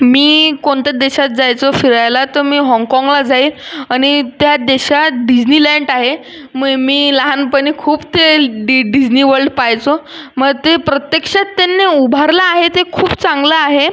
मी कोणत्या देशात जायचं फिरायला तर मी हाँगकाँगला जाईन आणि त्या देशात डिझनी लँट आहे मय् मी लहानपणी खूप ते डी डिझनी वर्ल्ड पहायचो मग ते प्रत्यक्षात त्यांनी उभारला आहे ते खूप चांगला आहे